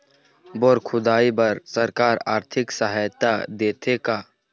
Bore खोदाई बर सरकार आरथिक सहायता देथे का?